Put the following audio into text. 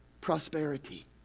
prosperity